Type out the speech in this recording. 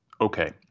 okay